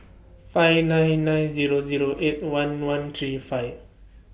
five nine nine Zero Zero eight one one three five